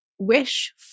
Wish